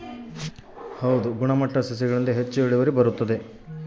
ಗುಣಮಟ್ಟ ಸಸಿಗಳಿಂದ ಹೆಚ್ಚು ಇಳುವರಿ ಬರುತ್ತಾ?